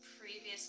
previously